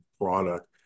product